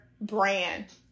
Brand